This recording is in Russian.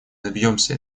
добьемся